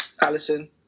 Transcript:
Allison